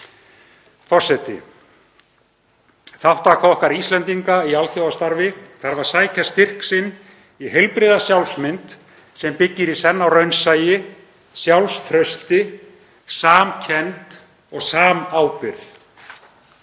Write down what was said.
Forseti. Þátttaka okkar Íslendinga í alþjóðastarfi þarf að sækja styrk sinn í heilbrigða sjálfsmynd sem byggir í senn á raunsæi, sjálfstrausti, samkennd og samábyrgð.